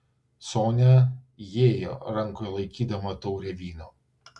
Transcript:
sonia įėjo rankoje laikydama taurę vyno